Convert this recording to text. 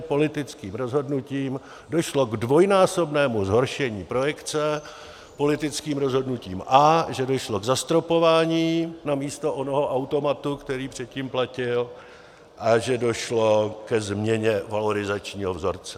Politickým rozhodnutím došlo k dvojnásobnému zhoršení projekce, politickým rozhodnutím, a že došlo k zastropování namísto onoho automatu, který předtím platil, a že došlo ke změně valorizačního vzorce.